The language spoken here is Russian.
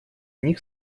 них